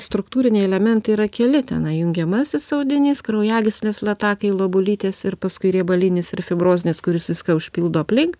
struktūriniai elementai yra keli tenai jungiamasis audinys kraujagyslės latakai luobulytės ir paskui riebalinis ir fibrozinis kuris viską užpildo aplink